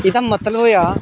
एह्दा मतलब होएआ